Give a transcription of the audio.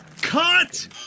Cut